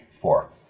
four